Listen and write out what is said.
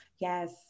yes